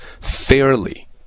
fairly